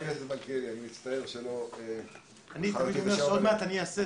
--- אני תמיד אומר שעוד מעט אני אעשה